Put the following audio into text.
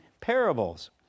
parables